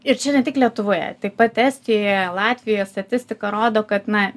ir čia ne tik lietuvoje taip pat estijoje latvijoje statistika rodo kad na